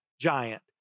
giant